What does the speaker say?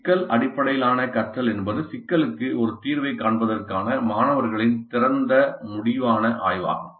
சிக்கல் அடிப்படையிலான கற்றல் என்பது சிக்கலுக்கு ஒரு தீர்வைக் காண்பதற்கான மாணவர்களின் திறந்த முடிவான ஆய்வாகும்